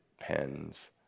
pens